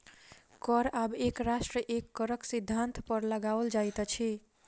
कर आब एक राष्ट्र एक करक सिद्धान्त पर लगाओल जाइत अछि